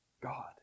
God